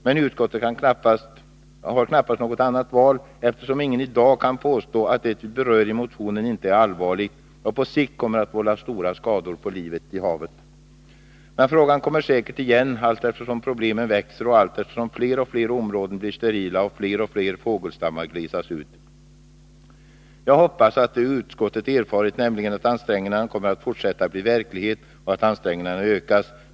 Men utskottet har knappast något annat val, eftersom ingen i dag kan påstå att det vi berör i motionen inte är allvarligt och på sikt kommer att vålla stora skador på livet i havet. Men frågan kommer säkert igen, allteftersom problemen växer och allteftersom fler och fler områden blir sterila och fler och fler fågelstammar glesas ut. Jag hoppas att det utskottet erfarit, nämligen att ansträngningarna kommer att fortsätta, blir verklighet och att ansträngningarna ökas.